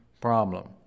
problem